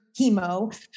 chemo